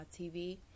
TV